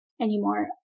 anymore